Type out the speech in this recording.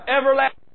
everlasting